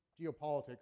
geopolitics